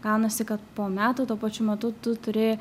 gaunasi kad po metų tuo pačiu metu tu turi